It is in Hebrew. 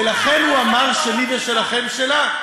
ולכן הוא אמר: שלי ושלכם, שלה.